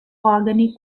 organic